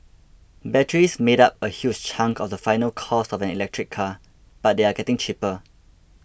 batteries made up a huge chunk of the final cost of an electric car but they are getting cheaper